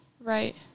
Right